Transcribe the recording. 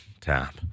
tap